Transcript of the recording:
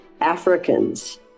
Africans